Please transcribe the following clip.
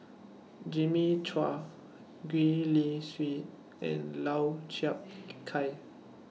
Jimmy Chua Gwee Li Sui and Lau Chiap Khai